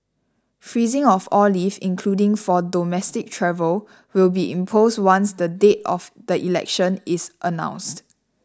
freezing of all leave including for domestic travel will be imposed once the date of the election is announced